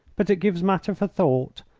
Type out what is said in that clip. but it gives matter for thought,